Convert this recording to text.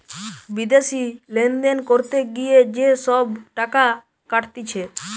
বিদেশি লেনদেন করতে গিয়ে যে সব টাকা কাটতিছে